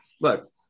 look